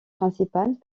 principale